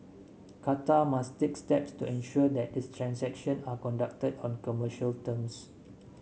Qatar must take steps to ensure that the transactions are conducted on commercial terms